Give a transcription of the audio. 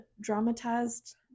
dramatized